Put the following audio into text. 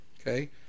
okay